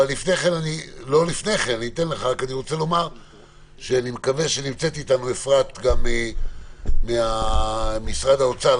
ואני רוצה לומר שאני מקווה שנמצאת איתנו אפרת ממשרד האוצר,